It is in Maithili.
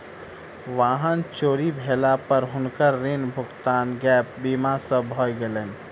वाहन चोरी भेला पर हुनकर ऋण भुगतान गैप बीमा सॅ भ गेलैन